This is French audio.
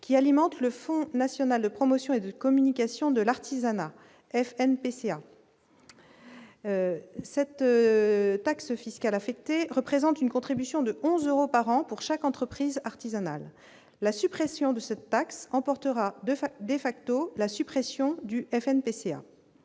qui alimente le fonds national de promotion et de communication de l'artisanat FNPC cette taxe fiscale affectés représente une contribution de 11 euros par an pour chaque entreprise artisanale, la suppression de cette taxe comportera 2 fois des facto la suppression du FNPC